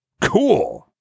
Cool